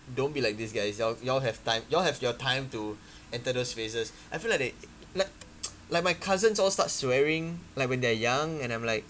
don't be like this guys you all you all have time you all have your time to enter those phases I feel like they like like my cousins all start swearing like when they're young and I'm like